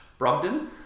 Brogdon